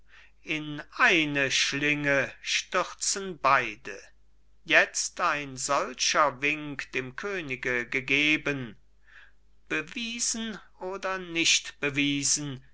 in eine schlinge stürzen beide jetzt ein solcher wink dem könige gegeben bewiesen oder nicht bewiesen